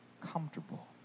comfortable